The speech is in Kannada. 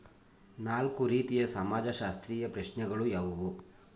ನಾಲ್ಕು ರೀತಿಯ ಸಮಾಜಶಾಸ್ತ್ರೀಯ ಪ್ರಶ್ನೆಗಳು ಯಾವುವು?